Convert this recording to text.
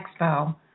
expo